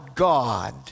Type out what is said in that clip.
God